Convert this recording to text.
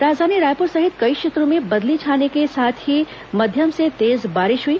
राजधानी रायपुर सहित कई क्षेत्रों में बदली छाने के साथ ही तेज से मध्यम बारिश हुई